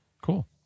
Cool